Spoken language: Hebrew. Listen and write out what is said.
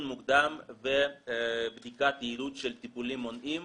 מוקדם ובדיקת יעילות של טיפולים מונעים.